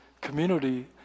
community